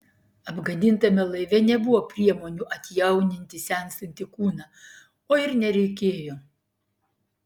apgadintame laive nebuvo priemonių atjauninti senstantį kūną o ir nereikėjo